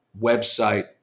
website